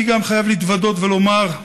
אני גם חייב להתוודות ולומר: